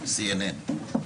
ב-CNN.